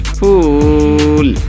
fool